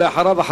ואחריו,